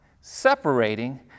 separating